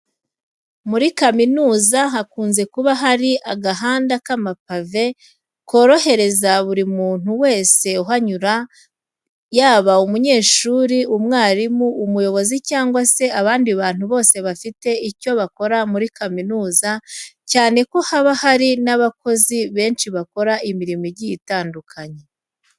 Muri kaminuza hakunze kuba harimo agahanda k'amapave korohereza buri muntu wese uhanyura yaba umunyeshuri, umwarimu, umuyobozi cyangwa se abandi bantu bose bafite icyo bakora muri kaminuza cyane ko haba hari n'abakozi benshi bakora imirimo igiye itandukanye.